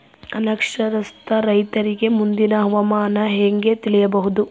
ಅನಕ್ಷರಸ್ಥ ರೈತರಿಗೆ ಮುಂದಿನ ಹವಾಮಾನ ಹೆಂಗೆ ತಿಳಿಯಬಹುದು?